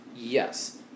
Yes